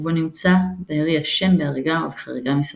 ובו נמצא בארי אשם בהריגה ובחריגה מסמכות.